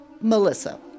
Melissa